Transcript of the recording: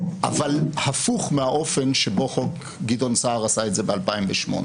אבל הפוך מהאופן שבו חוק גדעון סער עשה את זה ב-2008,